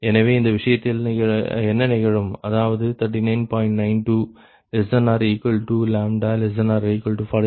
எனவே இந்த விஷயத்தில் என்ன நிகழும் அதாவது 39